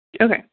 Okay